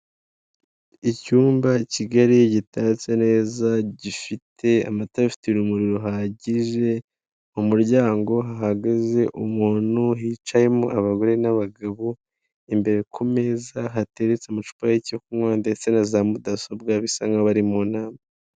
Icyumba kigali gitatse neza gifite amatara afite urumuri ruhagije mu muryango hahagaze umuntu, hicayemo abagore n'abagabo, imbere ku meza hateretse amacupa y'icyo kunywa ndetse na za mudasobwa bisa nkabari mu nama.